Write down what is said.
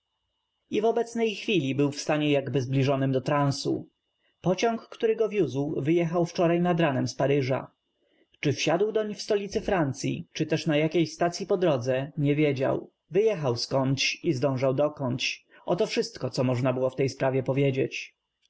i w obecnej chwili był w stanie jakby zbli żonym do transu pociąg który go wiózł w yjechał wczoraj n ad ranem z paryża czy w siadł doń w stolicy francyi czy też n a jakiejś stacyi po drodze nie wiedział w y jechał skądś i zdążał dokądś oto w szystko co m ożna było w tej spraw ie powiedzieć